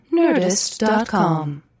nerdist.com